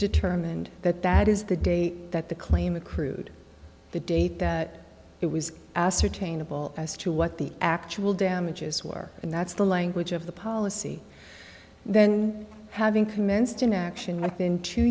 determined that that is the day that the claim accrued the date that it was ascertainable as to what the actual damages were and that's the language of the policy then having commenced an action within two